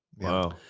Wow